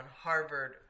Harvard